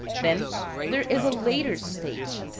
then there is a later stage,